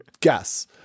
guess